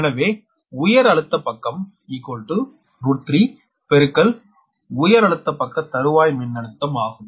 எனவே உயர் அழுத்த பக்கம் √𝟑 பெருக்கல் உயரழுத்தபக்க தருவாய் மின்னழுத்தம் ஆகும்